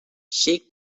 shake